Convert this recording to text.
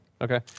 Okay